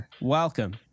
welcome